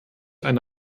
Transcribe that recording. eine